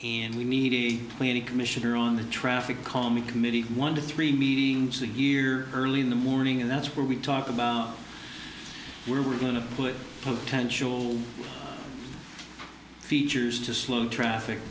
and we need a plan a commissioner on the traffic call me committee one to three meetings a year early in the morning and that's where we talk about where we're going to put potential features to slow traffic